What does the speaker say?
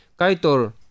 Kaitor